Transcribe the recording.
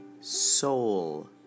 soul